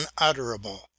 unutterable